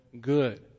good